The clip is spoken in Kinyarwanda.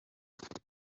ariko